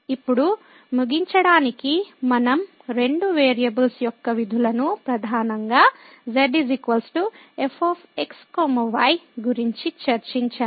ఇప్పుడు ముగించడానికి మనం రెండు వేరియబుల్స్ యొక్క విధులను ప్రధానంగా Z f x y గురించి చర్చించాము